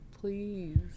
Please